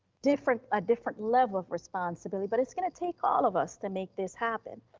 different, a different level of responsibility, but it's gonna take all of us to make this happen.